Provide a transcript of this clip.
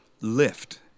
lift